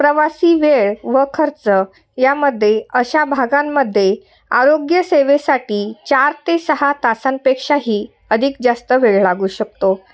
प्रवासी वेळ व खर्च यामध्येे अशा भागांमध्ये आरोग्यसेेवेसाठी चार ते सहा तासांपेक्षाही अधिक जास्त वेळ लागू शकतो